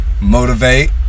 motivate